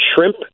shrimp